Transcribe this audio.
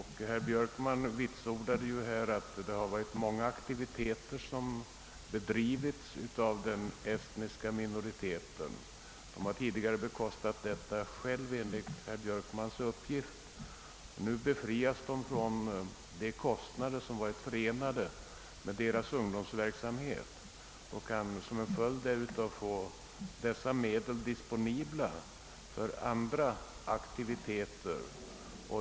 Herr Björkman har här vitsordat att den estniska minoriteten bedriver många aktiviteter, som gruppen enligt herr Björkman tidigare har bekostat själv. Nu befrias man sålunda från de kostnader som varit förenade med gruppens ungdomsverksamhet, och därigenom kan medlen disponeras för andra aktiviteter.